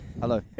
Hello